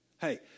Hey